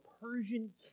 Persian